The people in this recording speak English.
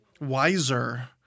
wiser